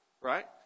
right